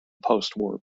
postwar